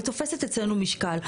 היא תופסת אצלנו משקל.